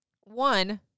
One